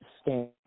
stand